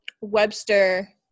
Webster